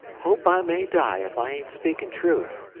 hope i may die if i ain't speaking truth